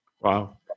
wow